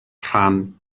rhan